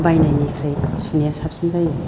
बायनायनिफ्राय सुनाया साबसिन जायो